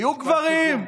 תהיו גברים.